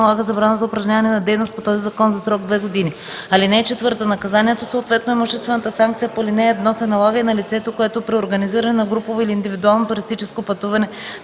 налага забрана за упражняване на дейност по този закон за срок две години. (4) Наказанието съответно имуществената санкция по ал. 1 се налага и на лицето, което при организиране на групово или индивидуално туристическо пътуване